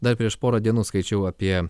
dar prieš porą dienų skaičiau apie